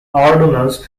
arduous